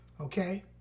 Okay